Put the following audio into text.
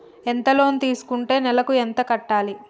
ఎంత లోన్ తీసుకుంటే నెలకు ఎంత కట్టాలి?